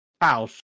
house